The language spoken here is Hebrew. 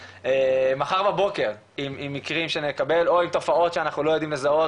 מחר בבוקר עם מקרים שנקבל או עם תופעות שאנחנו לא יודעים לזהות,